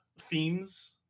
themes